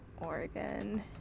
Oregon